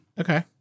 Okay